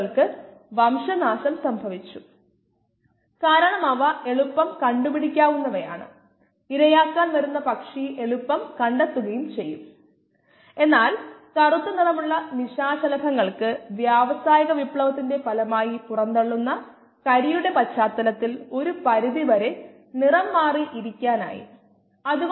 ഒരു ഭാഗത്ത് decimal reduction സമയം നമ്മൾ കണ്ടെത്തേണ്ടതുണ്ട് പാർട്ട് ബിയിൽ പ്രവർത്തനക്ഷമമായ കോശങ്ങളുടെ സാന്ദ്രത അതിന്റെ യഥാർത്ഥ മൂല്യത്തിന്റെ 0